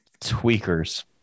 Tweakers